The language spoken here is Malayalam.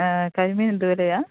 കരിമീന് എന്ത് വിലയാണ്